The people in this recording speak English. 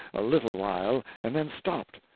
a little while, and then stopped.